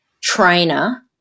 trainer